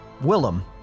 Willem